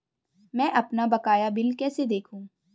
मैं अपना बकाया बिल कैसे देखूं?